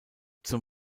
zum